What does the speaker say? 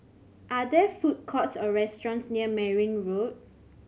are there food courts or restaurants near Merryn Road